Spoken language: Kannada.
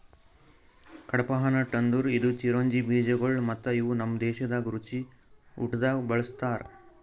ಕಡ್ಪಾಹ್ನಟ್ ಅಂದುರ್ ಇದು ಚಿರೊಂಜಿ ಬೀಜಗೊಳ್ ಮತ್ತ ಇವು ನಮ್ ದೇಶದಾಗ್ ರುಚಿ ಊಟ್ದಾಗ್ ಬಳ್ಸತಾರ್